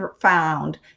found